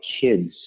kids